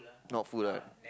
not full right